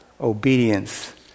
obedience